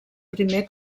primer